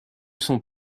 son